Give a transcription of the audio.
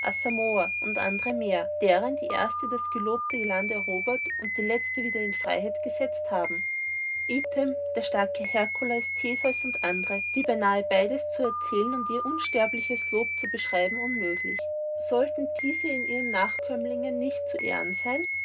und andere mehr deren die erste das gelobte land erobert und die letzte wieder in freiheit gesetzt haben item der starke herkules theseus und andere die beinahe beides zu erzählen und ihr unsterbliches lob zu beschreiben unmüglich sollten diese in ihren nachkömmlingen nicht zu ehren sein